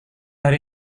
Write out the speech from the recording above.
hari